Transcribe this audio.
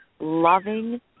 loving